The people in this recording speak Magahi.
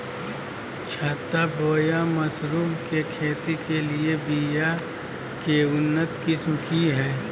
छत्ता बोया मशरूम के खेती के लिए बिया के उन्नत किस्म की हैं?